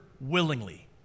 willingly